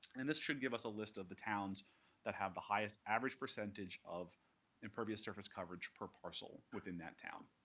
and this should give us a list of the towns that have the highest average percentage of impervious surface coverage per parcel within that town.